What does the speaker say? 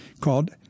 called